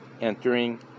entering